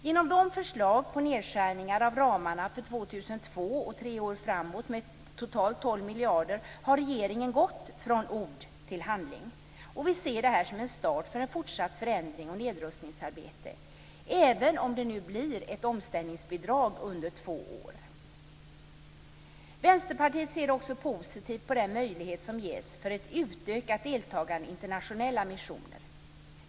Genom de förslag till nedskärningar av ramarna för år 2002 och tre år framåt med totalt 12 miljarder har regeringen gått från ord till handling. Vi ser detta som en start för ett försatt förändrings och nedrustningsarbete, även om det blir ett omställningsbidrag under två år. Vänsterpartiet ser också positivt på den möjlighet som ges för ett utökat deltagande i internationella missioner.